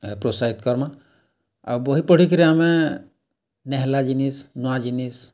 ପ୍ରୋତ୍ସାହିତ୍ କର୍ମା ଆଉ ବହି ପଢ଼ିକିରି ଆମେ ନେହେଲା ଜିନିଷ୍ ନୂଆ ଜିନିଷ୍